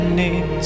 need